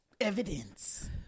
evidence